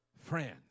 Friends